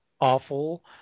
awful